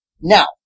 Now